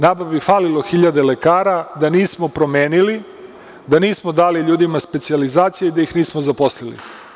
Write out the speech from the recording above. Nama bi falilo hiljade lekara da nismo promenili, da nismo dali ljudima specijalizacije, da ih nismo zaposlili.